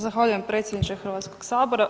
Zahvaljujem predsjedniče Hrvatskog sabora.